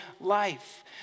life